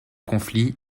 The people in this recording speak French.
conflit